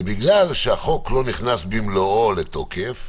זה בגלל שהחוק לא נכנס במלואו לתוקף,